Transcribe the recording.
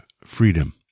freedom